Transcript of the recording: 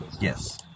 Yes